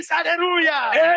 Hallelujah